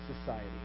society